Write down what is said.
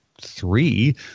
three